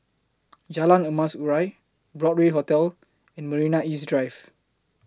Jalan Emas Urai Broadway Hotel and Marina East Drive